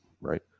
Right